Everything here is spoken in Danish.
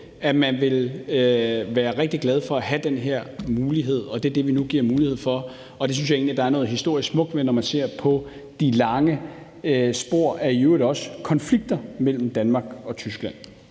som vil være rigtig glade for at have den her mulighed, og det er den mulighed, vi nu giver, og det synes jeg egentlig at der er noget historisk smukt ved, når man ser på de lange spor af i øvrigt også konflikter mellem Danmark og Tyskland.